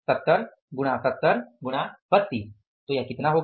70 गुणा 70 गुणा 32 तो यह कितना होगा